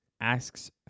asks